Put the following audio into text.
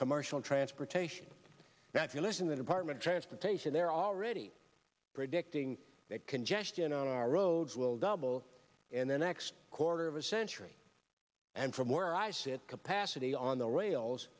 commercial transportation now if you listen the department of transportation they're already predicting that congestion on our roads will double and then next quarter of a century and from where i sit capacity on the rails